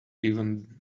even